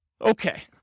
Okay